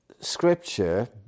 Scripture